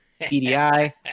PDI